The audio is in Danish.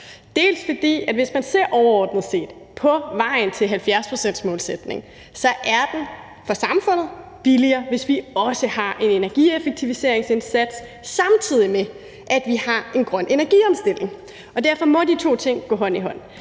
flere årsager. Hvis man ser overordnet på vejen til at nå 70-procentsmålsætningen, er den for samfundet billigere, hvis vi også har en energieffektiviseringsindsats, samtidig med at vi har en grøn energiomstilling. Og derfor må de to ting gå hånd i hånd.